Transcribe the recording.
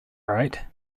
right